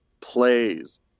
plays